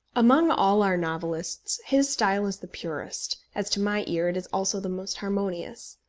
among all our novelists his style is the purest, as to my ear it is also the most harmonious.